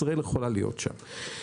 ישראל יכולה להיות שם.